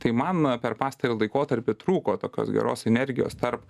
tai man per pastarąjį laikotarpį trūko tokios geros sinergijos tarp